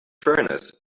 furnace